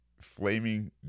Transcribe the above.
flaming